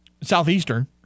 Southeastern